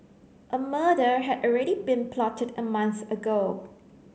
a murder had already been plotted a month ago